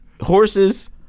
horses